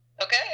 okay